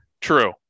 True